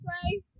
play